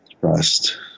trust